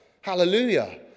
Hallelujah